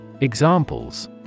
Examples